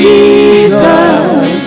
Jesus